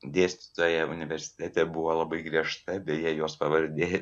dėstytoja universitete buvo labai griežta beje jos pavardė